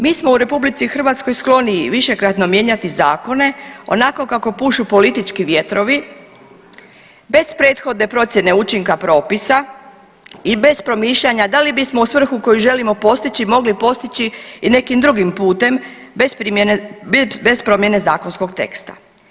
Mi smo u RH skloniji višekratno mijenjati zakone onako kako pušu politički vjetrovi bez prethodne procijene učinka propisa i bez promišljanja da li bismo u svrhu koju želimo postići mogli postići i nekim drugim putem bez primjene, bez promjene zakonskog teksta.